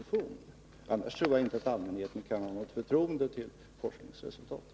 I annat fall tror jag inte att allmänheten kan ha något förtroende för forskningsresultaten.